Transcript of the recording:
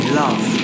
love